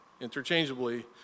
interchangeably